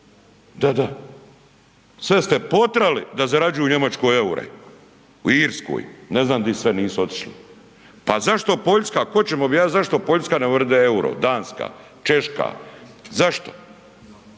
Da, da. Sve ste potjerali da zarađuju u Njemačkoj eure, u Irskoj. Ne znam gdje sve nisu otišli. Pa zašto Poljska, ako hoćemo, zašto Poljska ne uvede euro, Danska, Češka? Zašto?